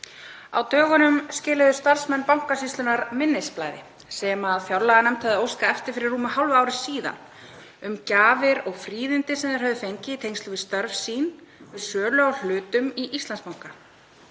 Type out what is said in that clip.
Á dögunum skiluðu starfsmenn Bankasýslunnar minnisblaði sem fjárlaganefnd hafði óskað eftir fyrir rúmu hálfu ári um gjafir og fríðindi sem þeir höfðu fengið í tengslum við störf sín við sölu á hlutum í Íslandsbanka.